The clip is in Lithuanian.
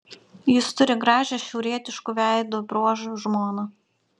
jis turi gražią šiaurietiškų veido bruožų žmoną